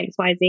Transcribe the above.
XYZ